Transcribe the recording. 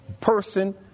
person